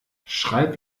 schreib